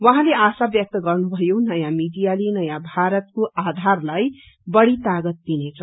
उहाँले आशा व्यक्त गर्नुभयो नयाँ मीडियाले नयाँ भारतका नीवलाई बढ़ी तागत दिनेछ